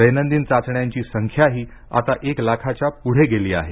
दैनंदिन चाचण्यांची संख्याही आता एक लाखाच्या पुढे गेली आहे